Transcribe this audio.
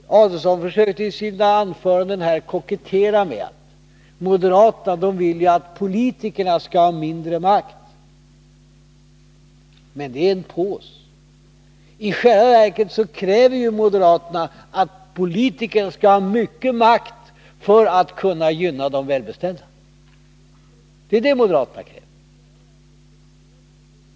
Ulf Adelsohn försökte i sina anföranden här kokettera med att moderaterna vill att politikerna skall ha mindre makt. Men det är en pose. I själva verket kräver moderaterna att politikerna skall ha mycket makt för att kunna gynna de välbeställda. Det är det moderaterna kräver.